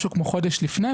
משהו כמו חודש לפני,